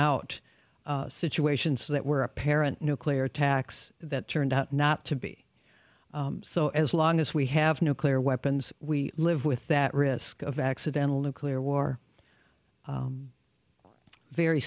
out situations that were apparent nuclear attacks that turned out not to be so as long as we have nuclear weapons we live with that risk of accidental nuclear war very